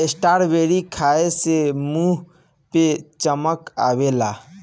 strawberry खाए से मुंह पे चमक आवेला